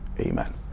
Amen